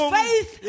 faith